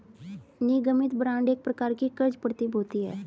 निगमित बांड एक प्रकार की क़र्ज़ प्रतिभूति है